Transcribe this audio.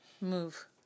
move